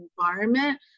environment